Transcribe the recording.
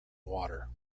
water